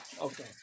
Okay